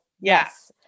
Yes